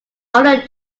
older